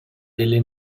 delle